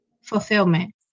fulfillment